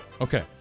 Okay